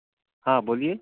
ہاں بولیے